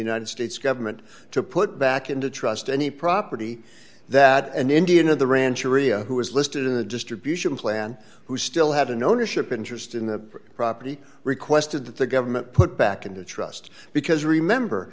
united states government to put back into trust any property that an indian of the ranch area who was listed in the distribution plan who still had an ownership interest in the property requested that the government put back into the trust because remember